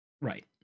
Right